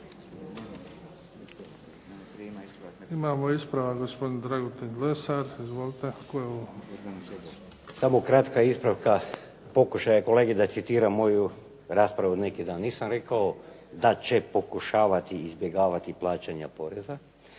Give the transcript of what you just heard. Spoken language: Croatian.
Izvolite. **Lesar, Dragutin (Nezavisni)** Samo kratka ispravka pokušaja kolege da citira moju raspravu od neki dan. Nisam rekao da će pokušavati izbjegavati plaćanje poreza,